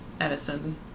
Edison